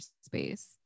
space